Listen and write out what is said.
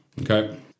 Okay